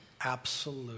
absolute